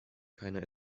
keiner